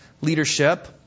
leadership